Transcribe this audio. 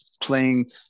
playing